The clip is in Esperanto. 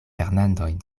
fernandon